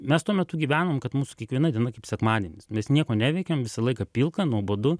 mes tuo metu gyvenom kad mūsų kiekviena diena kaip sekmadienis mes nieko neveikėm visą laiką pilka nuobodu